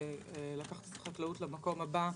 לקחת את החקלאות למקום הבא,